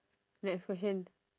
next question